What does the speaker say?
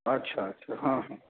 अच्छा अच्छा हँ हँ